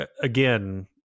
again